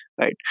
Right